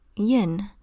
yin